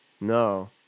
no